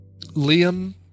liam